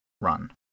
run